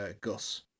Gus